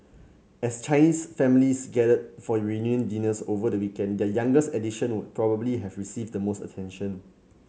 as Chinese families gathered for reunion dinners over the weekend their youngest addition would probably have received the most attention